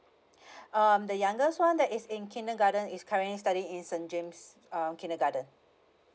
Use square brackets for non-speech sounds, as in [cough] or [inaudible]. [breath] um the youngest [one] that is in kindergarten is currently studying in saint james um kindergarten